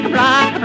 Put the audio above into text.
rock